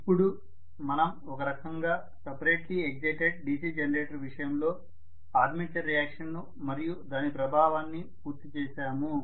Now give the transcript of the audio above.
ఇప్పుడు మనం ఒక రకంగా సపరేట్లీ ఎక్సైటెడ్ DC జనరేటర్ విషయంలో ఆర్మేచర్ రియాక్షన్ ను మరియు దాని ప్రభావాన్ని పూర్తి చేసాము